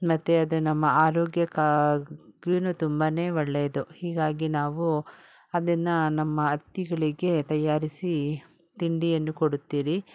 ಮತ್ತು ಅದು ನಮ್ಮ ಆರೋಗ್ಯಕ್ಕಾಗಿಯೂ ತುಂಬನೇ ಒಳ್ಳೇದು ಹೀಗಾಗಿ ನಾವು ಅದನ್ನು ನಮ್ಮ ಅತಿಥಿಗಳಿಗೆ ತಯಾರಿಸಿ ತಿಂಡಿಯನ್ನು ಕೊಡುತ್ತೀರಿ